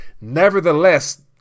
Nevertheless